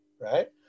right